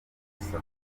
n’ubusa